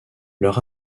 leur